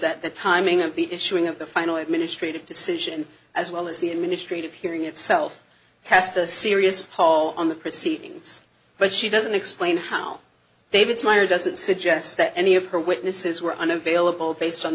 that the timing of the issuing of the final administrative decision as well as the administrative hearing itself has to a serious pall on the proceedings but she doesn't explain how david's minor doesn't suggest that any of her witnesses were unavailable based on